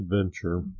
ADVENTURE